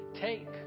Take